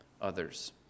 others